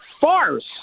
farce